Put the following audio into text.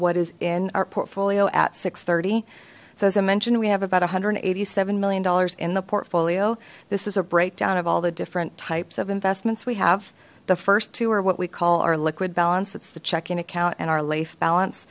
what is in our portfolio at six thirty so as i mentioned we have about one hundred and eighty seven million dollars in the portfolio this is a breakdown of all the different types of investments we have the first two are what we call our liquid balance it's the checking account and our life balance